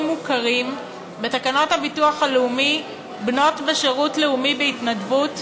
מוכרים" בתקנות הביטוח הלאומי (בנות בשירות לאומי בהתנדבות),